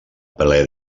ple